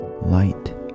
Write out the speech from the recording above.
light